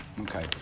Okay